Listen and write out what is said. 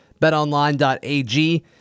betonline.ag